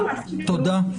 תודה.